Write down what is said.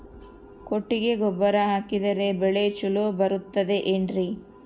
ಕೊಟ್ಟಿಗೆ ಗೊಬ್ಬರ ಹಾಕಿದರೆ ಬೆಳೆ ಚೊಲೊ ಬರುತ್ತದೆ ಏನ್ರಿ?